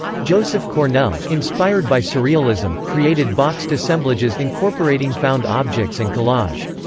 joseph cornell, inspired by surrealism, created boxed assemblages incorporating found objects and collage.